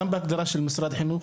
גם בהגדרה של משרד החינוך,